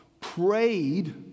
prayed